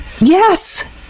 yes